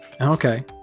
okay